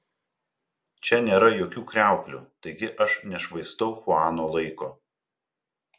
čia nėra jokių kriauklių taigi aš nešvaistau chuano laiko